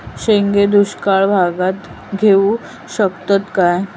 शेंगे दुष्काळ भागाक येऊ शकतत काय?